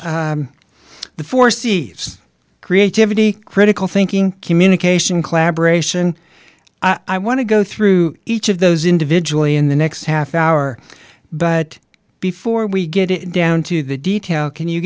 the four seasons creativity critical thinking communication collaboration i want to go through each of those individually in the next half hour but before we get it down to the detail can you